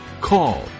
call